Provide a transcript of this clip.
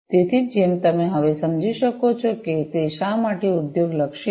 તેથી જેમ તમે હવે સમજી શકો છો કે તે શા માટે ઉદ્યોગ લક્ષી છે